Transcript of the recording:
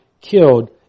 killed